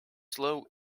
slow